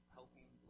helping